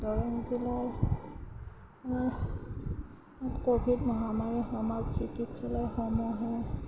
দৰং জিলাৰ ক'ভিড মহামাৰীৰ সময়ত চিকিৎসালয়সমূহো